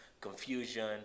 confusion